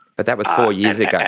but that was four years ago,